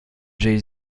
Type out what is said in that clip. jay